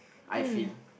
I feel